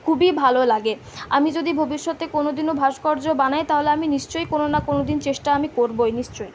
খুবই ভালো লাগে আমি যদি ভবিষ্যতে কোনোদিনও ভাস্কর্য বানাই তাহলে আমি নিশ্চয়ই কোনো না কোনো দিন চেষ্টা আমি করবই নিশ্চয়ই